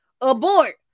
abort